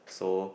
so